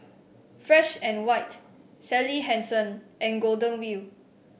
Fresh And White Sally Hansen and Golden Wheel